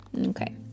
Okay